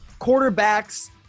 quarterbacks